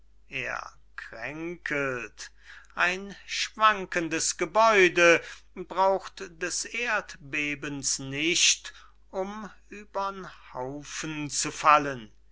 er kränkelt ein schwankendes gebäude braucht des erdbebens nicht um über'n haufen zu fallen